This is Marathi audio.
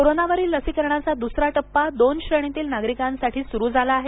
कोरोनावरील लसीकरणाचा द्रसरा टप्पा दोन श्रेणीतील नागरिकांसाठी सुरू झाला आहे